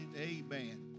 Amen